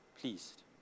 pleased